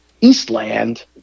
Eastland